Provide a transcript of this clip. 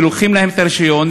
שלוקחים להם את הרישיון,